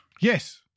yes